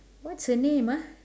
what's her name ah